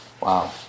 Wow